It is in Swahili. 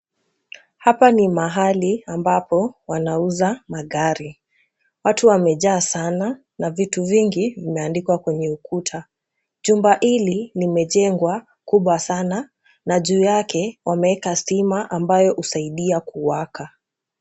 Hapa ni mahali ambapo wanauza magari. Watu wamejaa sana na vitu vingi vimeandikwa kwenye ukuta. Chumba hili limejengwa kubwa sana na juu yake wameeka stima ambayo husaidia kuwaka.